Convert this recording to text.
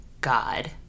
God